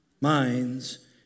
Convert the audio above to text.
minds